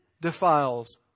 defiles